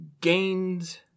gained